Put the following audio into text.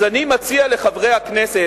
אני מציע לחברי הכנסת,